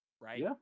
right